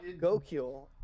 Goku